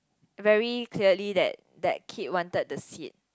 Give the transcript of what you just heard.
very clearly that that kid wanted the seat